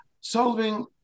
solving